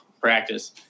practice